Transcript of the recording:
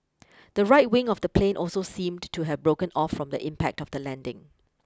the right wing of the plane also seemed to have broken off from the impact of the landing